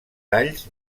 talls